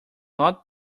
not